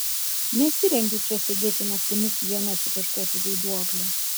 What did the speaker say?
nesirengiu čia sėdėti naktimis viena su kažkokiu vaiduokliu